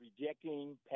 rejecting